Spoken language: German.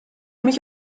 mich